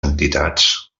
entitats